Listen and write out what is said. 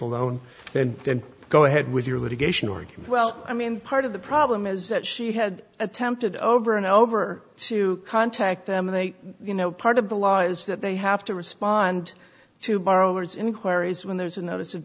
a loan and then go ahead with your litigation or get well i mean part of the problem is that she had attempted over and over to contact them and they you know part of the law is that they have to respond to borrowers inquiries when there's a notice of